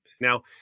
Now